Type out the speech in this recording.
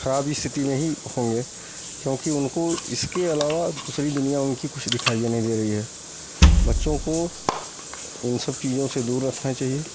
खराब स्थिति में ही होंगे क्योंकि उनको इसके अलावा दूसरी दुनियाँ उनकी खुशी दिखाइ ही नहीं दे रही है बच्चों को इन सब चीजों से दूर रखना चाहिए